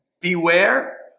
Beware